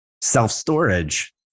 Self-storage